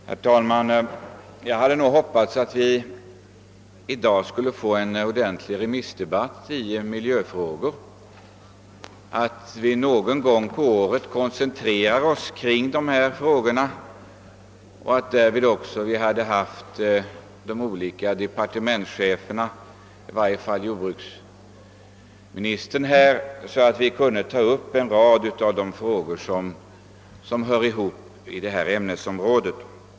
Herr talman! Jag hade hoppats att vi i dag skulle få en ordentlig »remissdebatt» kring miljöfrågorna, att vi en gång under året skulle koncentrera oss mera på dessa frågor och ha de olika departementscheferna — i varje fall jordbruksministern — här, så att vi kunde ta upp en rad av de problem som hör till detta ämnesområde.